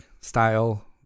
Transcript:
style